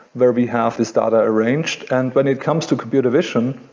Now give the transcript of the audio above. where we have this data arranged. and when it comes to computer vision,